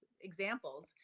examples